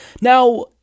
Now